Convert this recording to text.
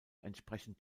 entsprechend